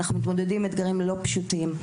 אנחנו מתמודדים עם אתגרים לא פשוטים.